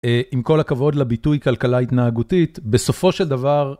עם כל הכבוד לביטוי כלכלה התנהגותית, בסופו של דבר...